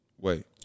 Wait